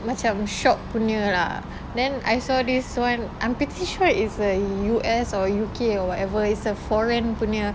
macam shop punya lah then I saw this one I'm pretty sure it's a U_S or U_K or whatever it's a foreign punya